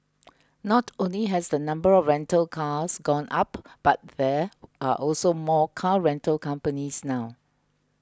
not only has the number of rental cars gone up but there are also more car rental companies now